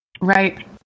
Right